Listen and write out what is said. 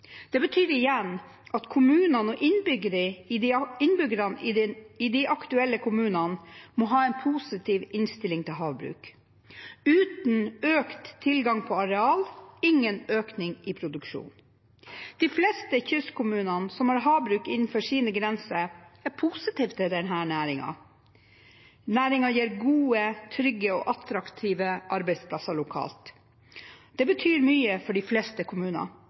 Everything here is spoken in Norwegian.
ha en positiv innstilling til havbruk. Uten økt tilgang på areal, ingen økning i produksjon. De fleste kystkommunene som har havbruk innenfor sine grenser, er positiv til denne næringen. Den gir gode, trygge og attraktive arbeidsplasser lokalt. Det betyr mye for de fleste kommuner.